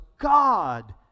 God